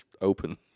open